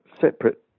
separate